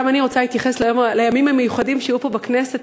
גם אני רוצה להתייחס לימים המיוחדים שהיו פה בכנסת.